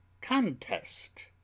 Contest